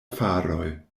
faroj